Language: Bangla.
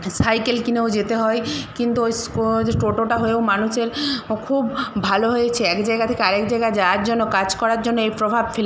সাইকেল কিনেও যেতে হয় কিন্তু ওই যে টোটোটা হয়েও মানুষের খুব ভালো হয়েছে এক জায়গা থেকে আরেক জায়গায় যাওয়ার জন্য কাজ করার জন্য এর প্রভাব ফেলে